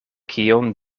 kion